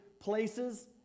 places